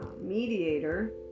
mediator